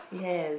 yes